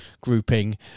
grouping